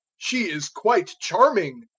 she is quite charming.